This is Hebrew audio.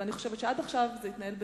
ואני חושבת שעד עכשיו זה התנהל בסדר,